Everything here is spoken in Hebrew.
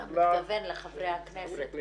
אתה מתכוון לחברי הכנסת.